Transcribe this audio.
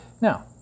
Now